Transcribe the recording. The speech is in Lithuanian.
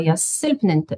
jas silpninti